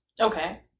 Okay